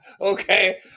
Okay